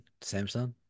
Samsung